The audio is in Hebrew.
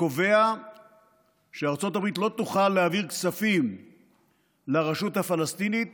שקובע שארצות הברית לא תוכל להעביר כספים לרשות הפלסטינית